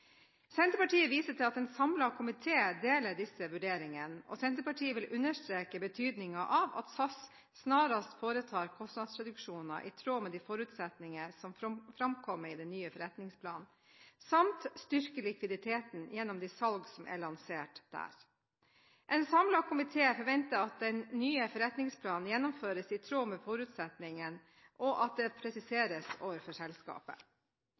Senterpartiet viser til at en samlet komité deler disse vurderingene, og Senterpartiet vil understreke betydningen av at SAS snarest foretar kostnadsreduksjoner i tråd med de forutsetninger som framkommer i den nye forretningsplanen, samt styrker likviditeten gjennom de salg som er lansert der. En samlet komité forventer at den nye forretningsplanen gjennomføres i tråd med forutsetningene, og at dette presiseres overfor selskapet.